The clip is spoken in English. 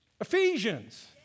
Ephesians